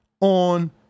on